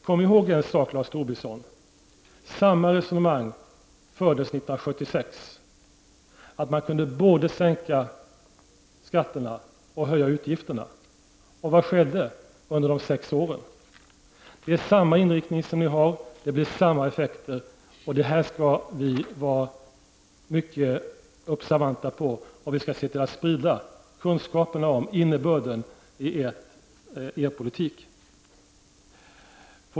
Kom ihåg, Lars Tobisson, att samma resonemang fördes 1976, dvs. att man kunde både sänka skatterna och höja utgifterna. Vad hände under de sex borgerliga regeringsåren? Ni har samma inriktning nu, och effekterna blir desamma. Vi skall vara mycket observanta på detta, och vi skall se till att sprida kunskaper om innebörden av er politik.